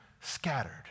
scattered